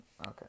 Okay